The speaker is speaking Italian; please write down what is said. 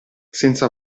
senza